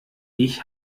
ich